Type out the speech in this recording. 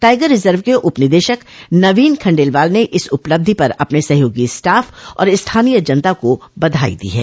tiger reserve के उप निदेशक नवीन खंडेलवाल ने इस उपलब्धि पर अपने सहयोगी स्टाफ और स्थानीय जनता को बधाई दी है